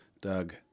Doug